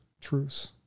truths